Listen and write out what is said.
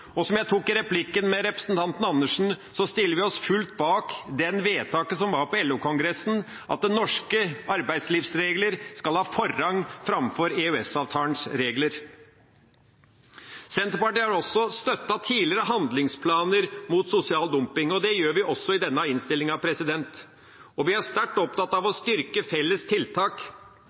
Og – som jeg tok opp i replikken til representanten Andersen – vi stiller oss fullt ut bak vedtaket på LO-kongressen, at norske arbeidslivsregler skal ha forrang framfor EØS-avtalens regler. Senterpartiet har tidligere støttet handlingsplaner mot sosial dumping, og det gjør vi også i denne innstillinga. Vi er sterkt opptatt av å styrke felles tiltak